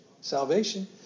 salvation